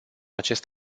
acest